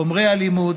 חומרי הלימוד,